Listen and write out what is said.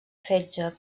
fetge